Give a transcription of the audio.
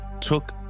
took